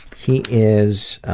he is,